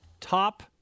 top